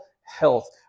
health